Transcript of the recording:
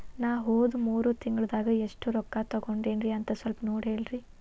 ನಾ ಹೋದ ಮೂರು ತಿಂಗಳದಾಗ ಎಷ್ಟು ರೊಕ್ಕಾ ತಕ್ಕೊಂಡೇನಿ ಅಂತ ಸಲ್ಪ ನೋಡ ಹೇಳ್ರಿ